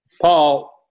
Paul